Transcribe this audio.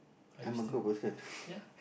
are you still ya